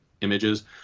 images